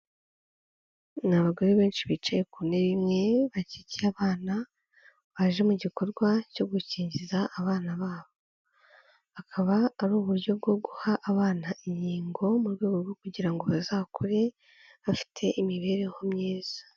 Ni abagore benshi bicaye ku ntebe imwe, bakikiye abana, baje mu gikorwa cyo gukingiza abana babo, akaba ari uburyo bwo guha abana inkingo, mu rwego rwo kugira ngo bazakure bafite imibereho myiza.